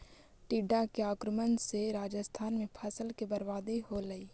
टिड्डा के आक्रमण से राजस्थान में फसल के बर्बादी होलइ